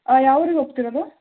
ಯಾವ ಊರಿಗೆ ಹೋಗ್ತಿರೋದು